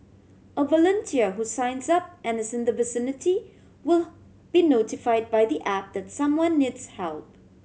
a volunteer who signs up and is in the vicinity will be notified by the app that someone needs help